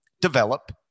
develop